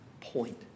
point